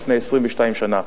לפני 22 שנה.